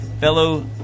Fellow